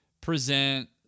Present